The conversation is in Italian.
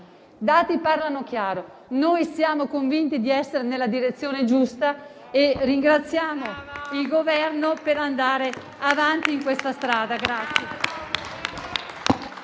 dati parlano chiaro. Noi siamo convinti di essere nella direzione giusta e ringraziamo il Governo per andare avanti in questa strada.